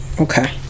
Okay